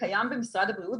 קיים במשרד הבריאות,